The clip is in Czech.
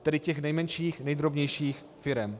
Tedy těch nejmenších a nejdrobnějších firem.